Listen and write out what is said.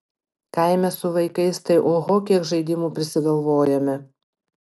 kaime su vaikais tai oho kiek žaidimų prisigalvojame